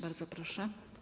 Bardzo proszę.